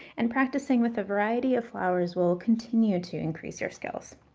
and practicing with a variety of flowers will continue to increase your skills.